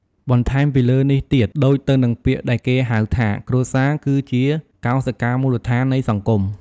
បន្ថែមពីលើនេះទៀត ដូចទៅនឹងពាក្យដែលគេហៅថា គ្រួសារគឺជាកោសិកាមូលដ្ឋាននៃសង្គម។